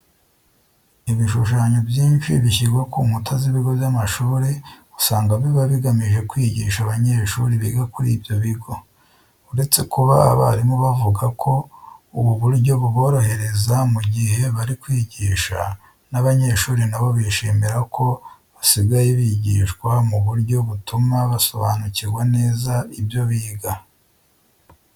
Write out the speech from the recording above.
Ibishushanyo byinshi bishyirwa ku nkuta z'ibigo by'amashuri usanga biba bigamije kwigisha abanyeshuri biga kuri ibyo bigo. Uretse kuba abarimu bavuga ko ubu buryo buborohereza mu gihe bari kwigisha, n'abanyeshuri na bo bishimira ko basigaye bigishwa mu buryo butuma basobanukirwa neza ibyo biga.